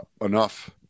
enough